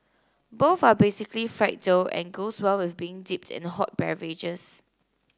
both are basically fried dough and goes well with being dipped in hot beverages